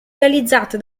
realizzate